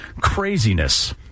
craziness